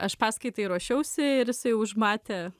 aš paskaitai ruošiausi ir jisai užmatė